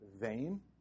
vain